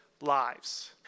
lives